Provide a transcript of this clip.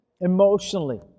emotionally